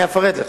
אפרט לך.